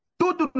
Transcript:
tudo